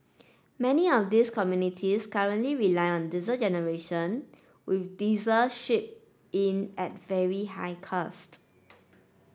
many of these communities currently rely on diesel generation with diesel shipped in at very high cost